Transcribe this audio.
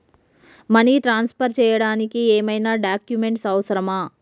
Money transfer చేయడానికి ఏమైనా documents అవసరమా?